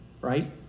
right